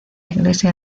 iglesia